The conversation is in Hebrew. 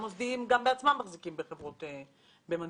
המוסדיים מחזיקים בעצמם בחברות חיתום.